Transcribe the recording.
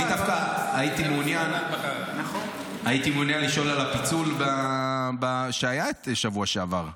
אני הייתי מעוניין לשאול על הפיצול שהיה בשבוע שעבר.